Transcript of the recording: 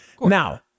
Now